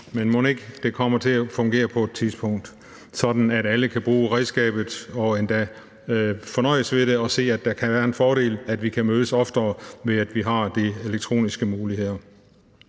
Men mon ikke, det kommer til at fungere på et tidspunkt, sådan at alle kan bruge redskabet og endda fornøjes ved det og se, at der kan være en fordel i, at vi kan mødes oftere, fordi vi har de elektroniske muligheder?